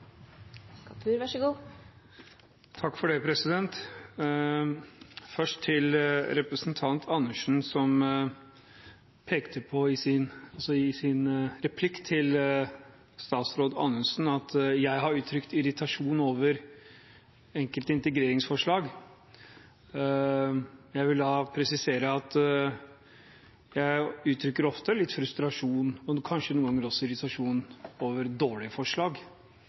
pekte på at jeg har uttrykt irritasjon over enkelte integreringsforslag. Jeg vil da presisere at jeg ofte uttrykker litt frustrasjon, og kanskje noen ganger også irritasjon, over dårlige forslag,